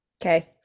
Okay